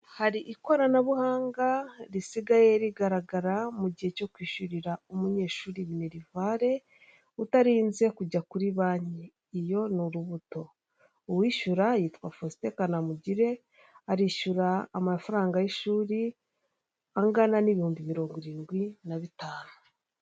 Hari ikoranabuhanga risigaye rigaragara mu gihe cyo kwishyurira umunyeshuri minerivare utarinze kujya kuri banki, iyo ni urubuto. Uwishyura yitwa Faustin Kanamugire, arishyura amafaranga y'ishuri angana n'ibihumbi mirongo irindwi na bitanu.